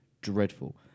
dreadful